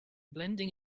blending